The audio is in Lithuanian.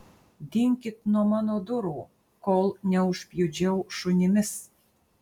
dinkit nuo mano durų kol neužpjudžiau šunimis